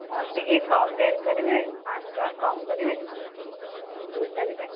ହଁ ଟିକିଏ କମ୍ ରେଟ୍ କରିବେ ପାଞ୍ଚଶହ ଟଙ୍କା କମ୍ କରିବେ କୁଇଣ୍ଟାଲ୍କୁ